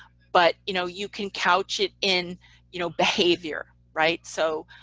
but you know you can couch it in you know behavior, right. so